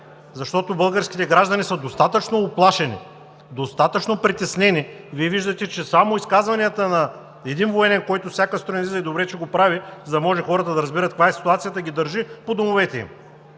защото българските граждани са достатъчно уплашени, достатъчно притеснени. Вие виждате, че само изказванията на един военен, който всяка сутрин излиза – и добре, че го прави, за да може хората да разберат каква е ситуацията, ги държи по домовете им.